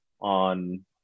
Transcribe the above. on